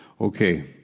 Okay